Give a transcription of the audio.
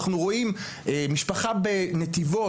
אנחנו רואים משפחה בנתיבות,